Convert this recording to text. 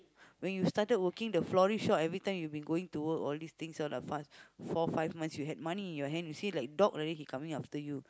when you started working the florist shop every time you been going to work all these things four five months you had money in your hands you see like dog already he coming after you